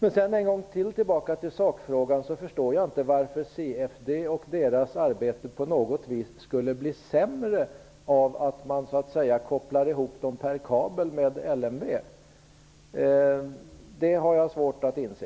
Om jag går tillbaka till sakfrågan en gång till vill jag säga att jag inte förstår varför CFD och dess arbete på något vis skulle bli sämre av att man så att säga kopplar ihop myndigheten per kabel med LMV. Det har jag svårt att inse.